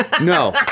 No